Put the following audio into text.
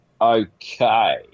Okay